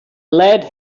lead